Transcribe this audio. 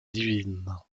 divine